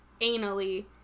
anally